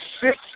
six